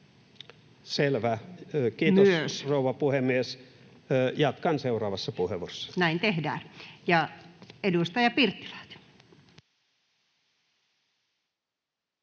Selvä. Kiitos, rouva puhemies. Jatkan seuraavassa puheenvuorossa. No, tässä nopeatahtisen